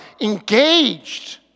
engaged